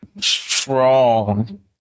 strong